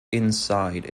inside